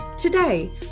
Today